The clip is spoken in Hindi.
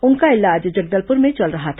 उनका इलाज जगदलपुर में चल रहा था